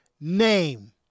name